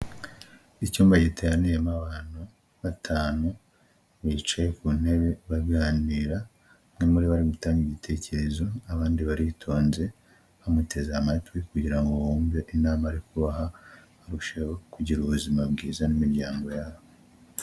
Icyumba giteraniyemo abantu batanu bicaye ku ntebe baganira, umwe muri bo ari gutanga igitekerezo, abandi baritonze bamuteze amatwi kugira ngo bumve inama ari kubaha, barusheho kugira ubuzima bwiza n'imiryango yabo.